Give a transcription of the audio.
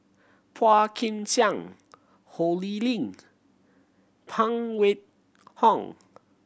Phua Kin Siang Ho Lee Ling Phan Wait Hong